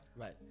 right